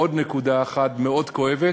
עוד נקודה אחת מאוד כואבת,